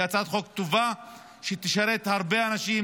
היא הצעת חוק טובה שתשרת הרבה אנשים,